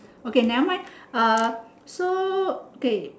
okay nevermind uh so k